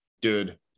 dude